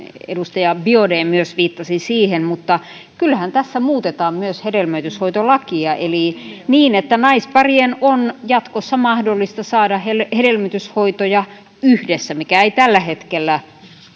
edustaja biaudet viittasi siihen mutta kyllähän tässä muutetaan myös hedelmöityshoitolakia niin että naisparien on jatkossa mahdollista saada hedelmöityshoitoja yhdessä mikä ei tällä hetkellä